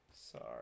Sorry